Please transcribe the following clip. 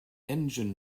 engine